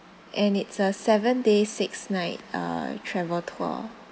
and it's a seven day six night uh travel tour